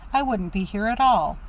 i wouldn't be here at all.